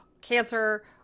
cancer